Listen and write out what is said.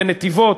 בנתיבות,